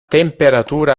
temperatura